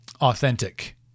authentic